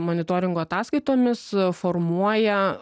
monitoringo ataskaitomis formuoja